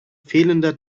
fehlender